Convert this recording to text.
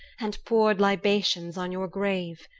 and poured libations on your grave.